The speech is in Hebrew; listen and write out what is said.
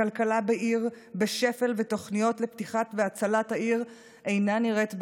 הכלכלה בעיר בשפל ותוכניות לפתיחת והצלת העיר אינן נראות באופק.